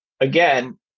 Again